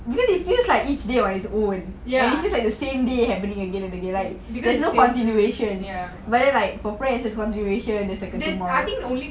ya because it's the same ya the starting only